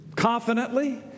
Confidently